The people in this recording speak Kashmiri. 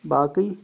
باقٕے